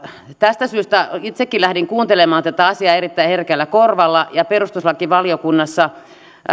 tästä syystä itsekin lähdin kuuntelemaan tätä asiaa erittäin herkällä korvalla ja perustuslakivaliokunnassa